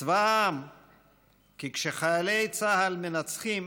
צבא העם, כי כשחיילי צה"ל מנצחים,